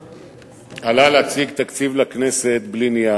עלה להציג תקציב לכנסת בלי נייר.